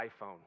iPhone